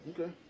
Okay